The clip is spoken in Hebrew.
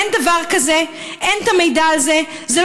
אין דבר כזה, אין את המידע הזה.